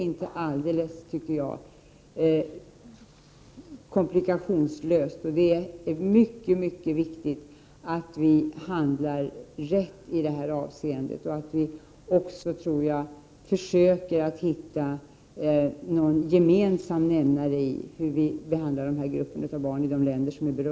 Det är nämligen inte helt komplikationsfritt, och det är mycket viktigt att vi handlar rätt i detta avseende och också i de länder som är berörda försöker hitta någon gemensam nämnare för hur vi behandlar dessa grupper av barn.